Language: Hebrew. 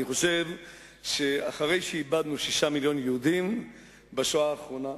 אני חושב שאחרי שאיבדנו שישה מיליוני יהודים בשואה האחרונה,